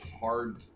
hard